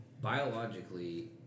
Biologically